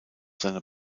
seine